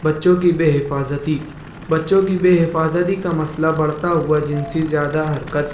بچوں کی بےحفاظتی بچوں کی بےحفاظتی کا مسئلہ بڑھتا ہوا جنسی زیادہ حرکت